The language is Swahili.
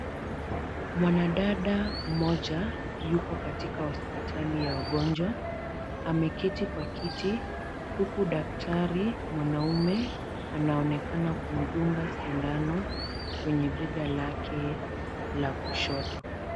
Mwanadada mmoja yuko katika hospitali ya wagonjwa, ameketi kwa kiti huku daktari mwanaume anaonekana kumdunga sindano kwenye bega lake la kushoto.